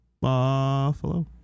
Buffalo